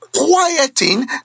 Quieting